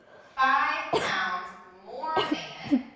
five pounds more than,